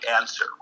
answer